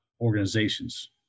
organizations